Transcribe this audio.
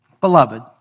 Beloved